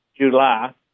july